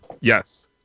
Yes